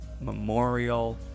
Memorial